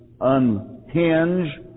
unhinge